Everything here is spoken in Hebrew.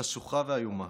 חשוכה ואיומה,